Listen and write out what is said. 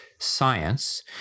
science